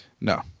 No